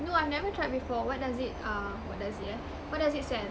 no I've never tried before what does it um what does it eh what does it sell